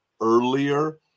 earlier